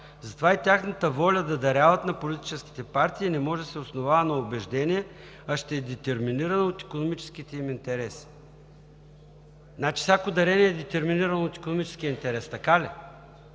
затова тяхната воля да даряват на политическите партии не може да се основава на убеждение, а ще е детерминирано от икономическите им интереси. Значи, всяко дарение е детерминирано от икономически интерес, така ли?